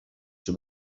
czy